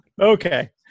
Okay